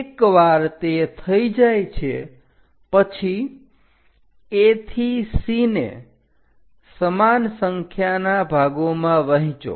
એકવાર તે થઈ જાય છે પછી A થી C ને સમાન સંખ્યાના ભાગોમાં વહેંચો